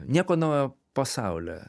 nieko naujo pasauly